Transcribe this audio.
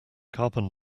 carbon